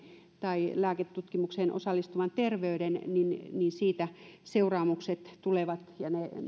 tai lääketutkimukseen osallistuvan terveyden niin niin siitä seuraamukset tulevat ja ne